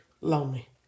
lonely